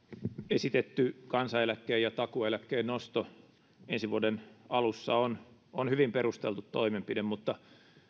esitetty kansaneläkkeen ja takuueläkkeen nosto ensi vuoden alussa on on hyvin perusteltu toimenpide mutta